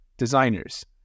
Designers